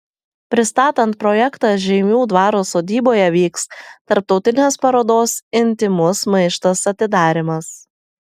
pristatant projektą žeimių dvaro sodyboje vyks tarptautinės parodos intymus maištas atidarymas